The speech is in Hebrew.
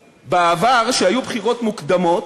בעבר, כשהיו בחירות מוקדמות,